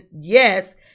yes